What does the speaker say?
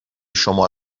شما